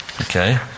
Okay